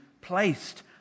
placed